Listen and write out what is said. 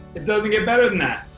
it doesn't get better than that.